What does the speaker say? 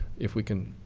if we can,